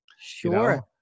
Sure